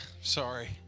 Sorry